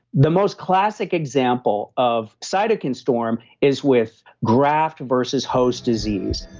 the most classic example of cytokine storm is with graft versus host disease